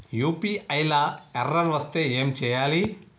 UPI లా error వస్తే ఏం చేయాలి?